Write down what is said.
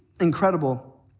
incredible